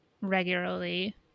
regularly